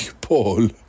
Paul